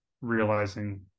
realizing